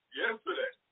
yesterday